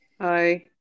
Hi